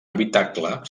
habitacle